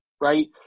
right